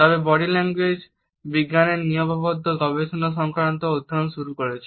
তবে body language বিজ্ঞানের নিয়মাবদ্ধ গবেষণা সংক্রান্ত অধ্যয়ন শুরু হয়েছে